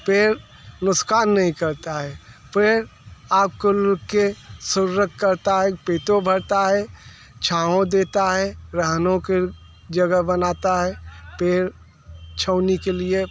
पेड़ नुक़सान नहीं करता है पेड़ आप लोग के सुरक्षा करता है पेट भरता है छाँव देता है रहने के जगह बनाता है पेड़ छाँव के लिए